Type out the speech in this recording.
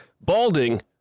balding